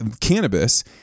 cannabis